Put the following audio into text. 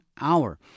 hour